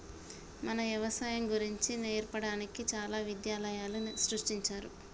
మన యవసాయం గురించి నేర్పడానికి చాలా విద్యాలయాలు సృష్టించారు